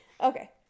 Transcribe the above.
okay